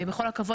עם כל הכבוד,